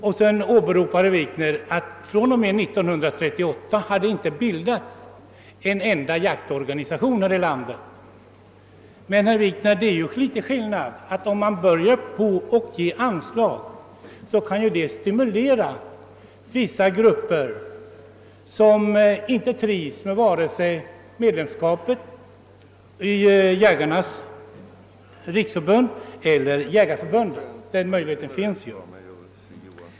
Herr Wikner sade vidare att det efter 1938 inte bildats en enda jaktorganisation i Sverige. Men det är dock litet skillnad, herr Wikner, ty om man börjar lämna anslag kan ju detta innebära en stimulans för vissa grupper som inte trivs med vare sig medlemskapet i Jägarnas riksförbund eller Svenska jägareförbundet att bilda ytterligare ett jaktförbund.